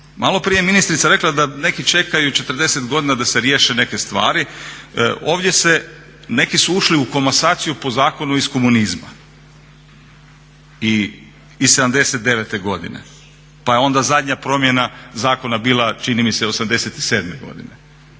Maloprije je ministrica rekla da neki čekaju 40 godina da se riješe neke stvari, ovdje se, neki su ušli u komasaciju po zakonu iz komunizma iz '79. godine. Pa je onda zadnja promjena zakona bila čini mi se '87. godine.